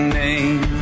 name